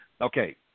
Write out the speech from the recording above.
Okay